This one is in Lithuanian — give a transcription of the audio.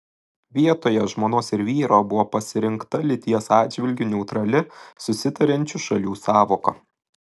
vietoje žmonos ir vyro buvo pasirinkta lyties atžvilgiu neutrali susitariančių šalių sąvoka